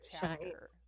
chapter